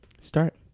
Start